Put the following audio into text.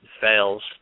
fails